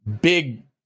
big